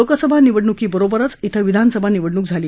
लोकसभा निवडणुकीबरोबरच भें विधानसभा निवडणूक झाली